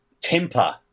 temper